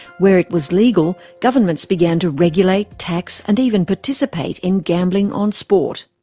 where it was legal, governments began to regulate, tax and even participate in gambling on sport.